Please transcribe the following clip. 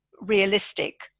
realistic